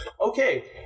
okay